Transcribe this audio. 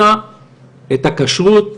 את הכשרות,